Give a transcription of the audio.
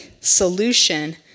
solution